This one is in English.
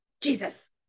jesus